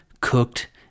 cooked